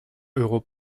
euros